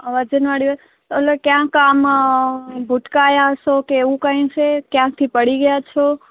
અ વજનવાળી વસ્તુ એટલે ક્યાંક આમ ભટકાયાં છો કે એવું કંઈ છે ક્યાંકથી પડી ગયાં છો